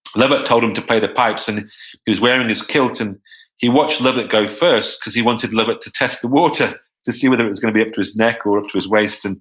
lovat told him to play the pipes, and he was wearing and his kilt, and he watched lovat go first, because he wanted lovat to test the water to see whether it was going to be up his neck or up to his waist. and